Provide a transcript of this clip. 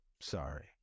sorry